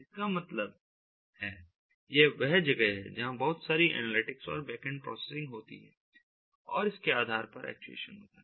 इसका मतलब है यह वह जगह है जहां बहुत सारी एनालिटिक्स और बैकएंड प्रोसेसिंग होती है और इसके आधार पर एक्चुएशन होता है